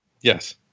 Yes